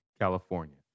California